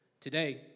Today